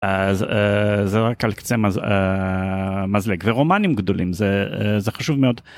אז זה רק על קצה מזלג ורומנים גדולים זה זה חשוב מאוד.